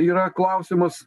yra klausimas